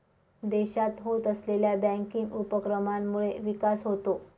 देशात होत असलेल्या बँकिंग उपक्रमांमुळे विकास होतो